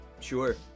sure